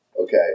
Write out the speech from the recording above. Okay